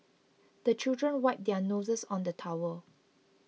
the children wipe their noses on the towel